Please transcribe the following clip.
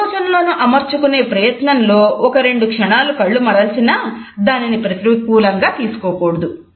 ఆలోచనలను అమర్చుకునే ప్రయత్నంలో ఒక రెండు క్షణాలు కళ్ళు మరల్చినా దానిని ప్రతికూలంగా తీసుకోకూడదు